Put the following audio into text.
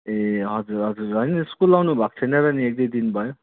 ए हजुर हजुर होइन स्कुल आउनु भएको छैन र नि एक दुई दिन भयो